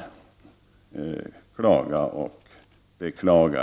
kan alltid klaga och beklaga.